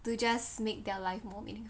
to just make their life more meaning